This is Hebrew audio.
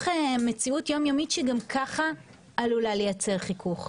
מציאות יום-יומית שגם ככה עלולה לייצר חיכוך.